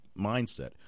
mindset